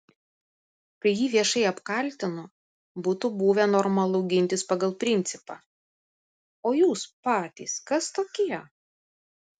kai jį viešai apkaltino būtų buvę normalu gintis pagal principą o jūs patys kas tokie